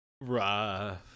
rough